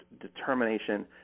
determination